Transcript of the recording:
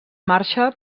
marxa